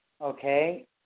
Okay